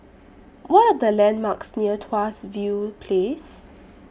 What Are The landmarks near Tuas View Place